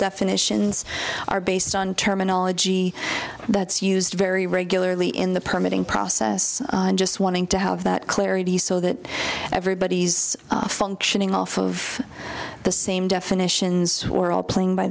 definitions are based on terminology that's used very regularly in the permitting process just wanting to have that clarity so that everybody's functioning off of the same definitions or all playing by